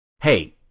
hey